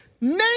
Name